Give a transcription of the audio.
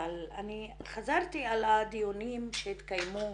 אבל חזרתי על הדיונים שהתקיימו